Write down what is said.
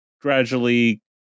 gradually